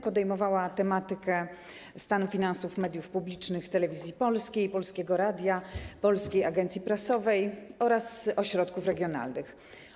Podejmowała tematykę stanu finansów mediów publicznych: Telewizji Polskiej, Polskiego Radia, Polskiej Agencji Prasowej oraz ośrodków regionalnych.